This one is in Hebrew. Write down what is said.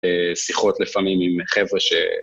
שיחות לפעמים עם חבר'ה ש...